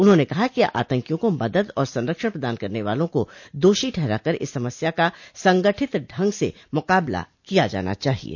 उन्होंने कहा कि आतंकियों को मदद और संरक्षण प्रदान करने वालों को दोषो ठहरा कर इस समस्या का संगठित ढंग से मुकाबला किया जाना चाहिये